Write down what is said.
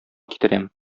китерәм